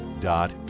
dot